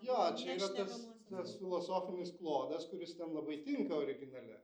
jo čia yra tas tas filosofinis klodas kuris ten labai tinka originale